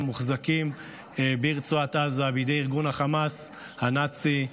עדיין מוחזקים ברצועת עזה בידי ארגון החמאס הנאצי.